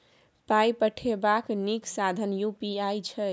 पाय पठेबाक नीक साधन यू.पी.आई छै